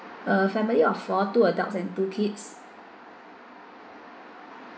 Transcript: a family of four two adults and two kids